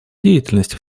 деятельность